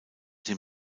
dem